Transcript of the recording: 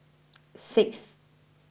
six